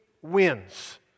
wins